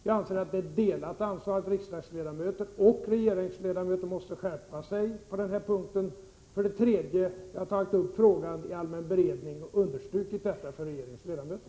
Jag anser att ansvaret är delat — både riksdagsledamöter och regeringsledamöter måste skärpa sig på den punkten. Slutligen vill jag säga att jag har tagit upp frågan i allmän beredning för regeringens ledamöter och understrukit detta.